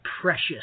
precious